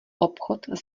obchod